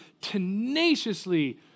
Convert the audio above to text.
tenaciously